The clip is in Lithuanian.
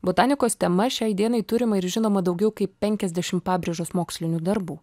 botanikos tema šiai dienai turima ir žinoma daugiau kaip penkiasdešimt pabrėžos mokslinių darbų